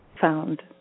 Found